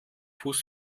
fuß